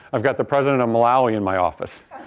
i've got the president of malawi in my office.